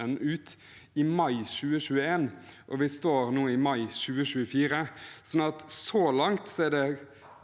ut i mai 2021, og vi står nå i mai 2024. Så langt er det